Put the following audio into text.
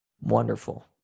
Wonderful